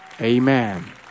Amen